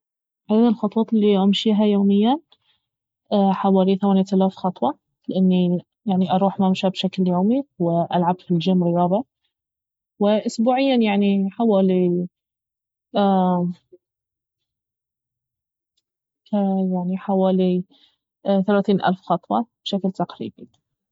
عدد الخطوات الي امشيها يوميا حوالي ثمانية آلاف خطوة لاني يعني اروح ممشى بشكل يومي والعب في الجيم رياضة واسبوعيا يعني حوالي يعني حوالي ثلاثين ألف خطوة بشكل تقريبي